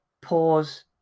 pause